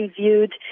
viewed